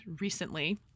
recently